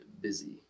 busy